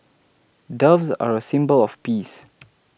doves are a symbol of peace